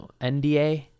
nda